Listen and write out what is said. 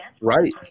right